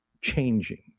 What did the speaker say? changing